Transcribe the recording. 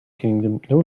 kingdom